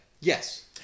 Yes